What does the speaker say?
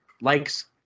likes